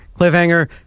cliffhanger